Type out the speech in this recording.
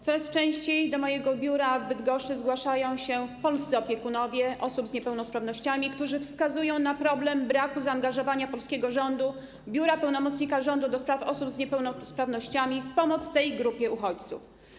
Coraz częściej do mojego biura w Bydgoszczy zgłaszają się polscy opiekunowie osób z niepełnosprawnościami, którzy wskazują na problem braku zaangażowania polskiego rządu, biura pełnomocnika rządu do spraw osób z niepełnosprawnościami w pomoc tej grupie uchodźców.